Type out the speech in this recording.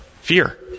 Fear